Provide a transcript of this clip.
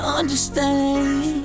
understand